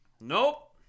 Nope